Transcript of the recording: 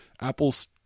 Apple's